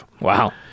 Wow